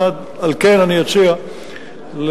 על כן אני אציע לאמץ,